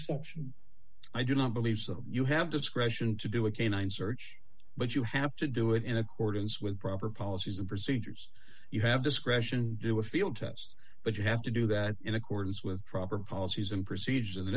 exception i do not believe that you have discretion to do a canine search but you have to do it in accordance with proper policies and procedures you have discretion do a field test but you have to do that in accordance with proper policies and procedures in th